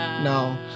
No